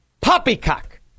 poppycock